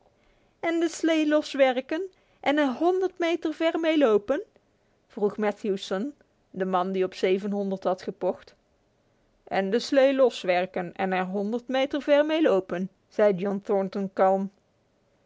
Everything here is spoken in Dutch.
en de slee loswerken en er honderd meter ver mee lopen vroeg atthewson de man die op had gekocht n de slee loswerken en er honderd meter ver mee lopen zei john thornton kalm